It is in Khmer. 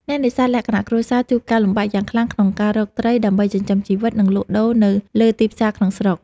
អ្នកនេសាទលក្ខណៈគ្រួសារជួបការលំបាកយ៉ាងខ្លាំងក្នុងការរកត្រី ដើម្បីចិញ្ចឹមជីវិត និងលក់ដូរនៅលើទីផ្សារក្នុងស្រុក។